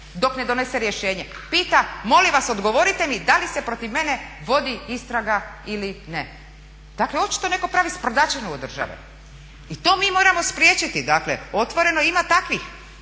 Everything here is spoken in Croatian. dok ne donese rješenje pita molim vas odgovorite mi da li se protiv mene vodi istraga ili ne. Dakle, očito netko pravi sprdačinu od države. I to mi moramo spriječiti. Dakle, ima takvih